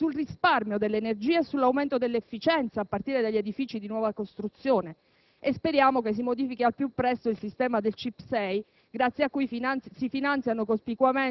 verso una politica energetica che si fondi sul risparmio dell'energia e sull'aumento dell'efficienza, a partire dagli edifici di nuova costruzione. Speriamo che si modifichi al più presto il sistema del CIP